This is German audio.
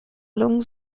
lungen